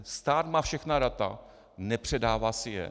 Stát má všechna data, nepředává si je.